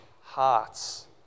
hearts